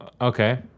Okay